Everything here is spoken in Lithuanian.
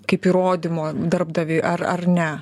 kaip įrodymo darbdaviui ar ar ne